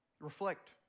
Reflect